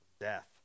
Death